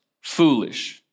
Foolish